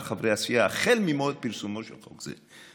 חברי הסיעה" החל ממועד פרסומו של חוק זה.